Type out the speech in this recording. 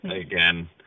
Again